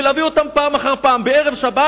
ולהביא אותם פעם אחר פעם בערב שבת